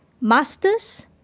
Masters